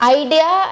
idea